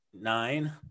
nine